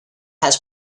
has